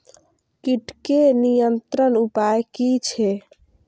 कीटके नियंत्रण उपाय कि छै?